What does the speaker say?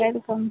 welcome